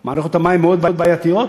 ומערכות המים מאוד בעייתיות.